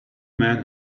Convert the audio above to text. man